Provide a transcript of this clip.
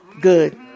good